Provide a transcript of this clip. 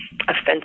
offensive